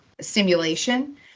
simulation